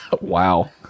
wow